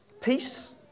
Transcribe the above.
peace